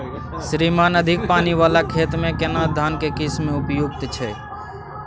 श्रीमान अधिक पानी वाला खेत में केना धान के किस्म उपयुक्त छैय?